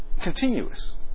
Continuous